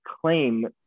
claim